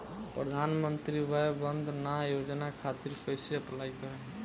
प्रधानमंत्री वय वन्द ना योजना खातिर कइसे अप्लाई करेम?